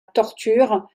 torture